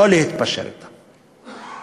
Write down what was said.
לא להתפשר אתה.